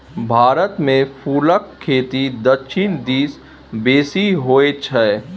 भारतमे फुलक खेती दक्षिण दिस बेसी होय छै